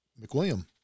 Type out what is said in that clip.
McWilliam